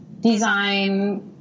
design